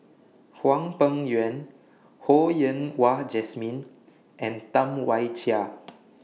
Hwang Peng Yuan Ho Yen Wah Jesmine and Tam Wai Jia